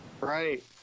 Right